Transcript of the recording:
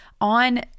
on